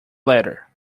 letter